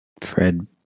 Fred